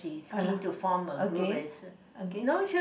again again